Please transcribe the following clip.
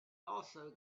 also